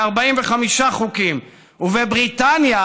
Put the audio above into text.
כ-45 פסילות חוקים ובבריטניה,